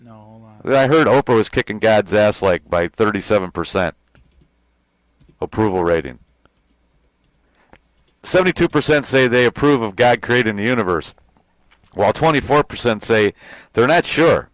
but i heard oprah was kicking dad's ass like by thirty seven percent approval rating seventy two percent say they approve of god creating the universe while twenty four percent say they're not sure